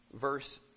verse